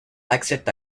accepte